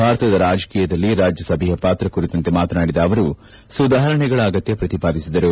ಭಾರತದ ರಾಜಕೀಯದಲ್ಲಿ ರಾಜ್ಯಸಭೆಯ ಪಾತ್ರ ಕುರಿತಂತೆ ಮಾತನಾಡಿದ ಅವರು ಸುಧಾರಣೆಗಳ ಅಗತ್ಯ ಪ್ರತಿಪಾದಿಸಿದರು